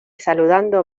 saludando